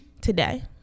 today